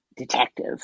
detective